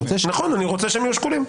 נכון, אני רוצה שהם יהיו שקולים.